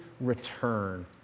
return